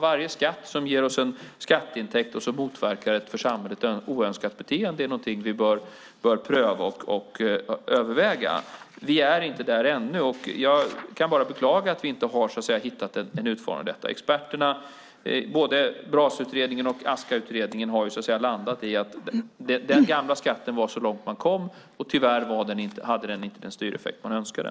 Varje skatt som ger oss en skatteintäkt och motverkar ett för samhället oönskat beteende är någonting vi bör pröva och överväga. Vi är inte där ännu. Jag kan bara beklaga att vi inte har hittat en utformning för detta. Experterna i såväl Brasutredningen som Askautredningen har ju landat i att den gamla skatten var så långt man kom, och tyvärr hade den inte den styreffekt man önskade.